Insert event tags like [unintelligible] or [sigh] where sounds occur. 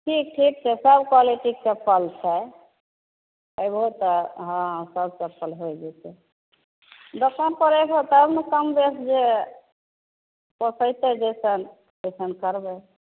ठीक ठीक छै सभ क्वालिटीके चप्पल छै अइबहो तऽ हँ सभ चप्पल होइ जइतौ दोकान पर अइबहो तब नऽ कम बेस जे तऽ [unintelligible] तखन करबै